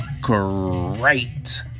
great